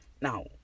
now